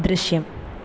ദൃശ്യം